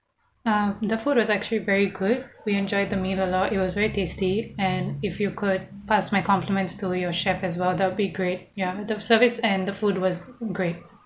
um the food was actually very good we enjoyed the meal a lot it was very tasty and if you could pass my compliments to your chef as well that'll be great ya the service and the food was great